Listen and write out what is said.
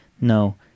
No